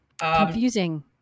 Confusing